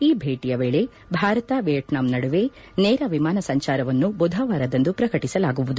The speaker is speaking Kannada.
ಈ ಭೇಟಿಯ ವೇಳೆ ಭಾರತ ವಿಯೇಟ್ನಾಂ ನಡುವೆ ನೇರ ವಿಮಾನ ಸಂಚಾರವನ್ನು ಬುಧವಾರದಂದು ಪ್ರಕಟಿಸಲಾಗುವುದು